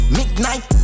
midnight